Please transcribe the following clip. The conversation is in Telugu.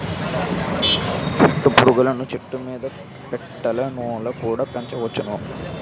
పట్టు పురుగులను చెట్టుమీద పెట్టెలలోన కుడా పెంచొచ్చును